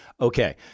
Okay